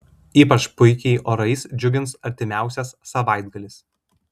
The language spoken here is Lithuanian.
ypač puikiai orais džiugins artimiausias savaitgalis